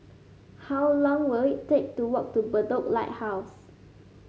how long will it take to walk to Bedok Lighthouse